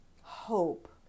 hope